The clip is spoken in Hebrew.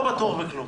לא בטוח בכלום.